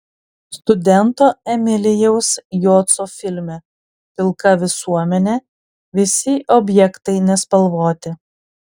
studento emilijaus joco filme pilka visuomenė visi objektai nespalvoti